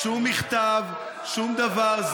שום מכתב, שום דבר.